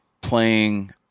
playing